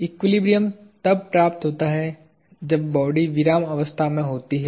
equilibrium तब प्राप्त होता है जब बॉडी विरामावस्था में होती है